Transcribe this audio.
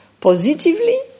positively